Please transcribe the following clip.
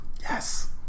Yes